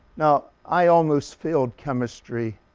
now i almost failed chemistry